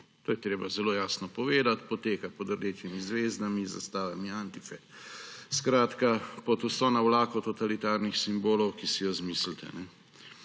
To je treba zelo jasno povedati. Poteka pod rdečimi zvezami, z zastavami Antife, skratka pod vso navlako totalitarnih simbolov, ki si jo izmislite.